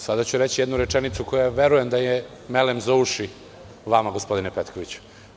Sada ću reći jednu rečenicu koja verujem da je melem za uši vama, gospodine Petkoviću.